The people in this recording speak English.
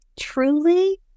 truly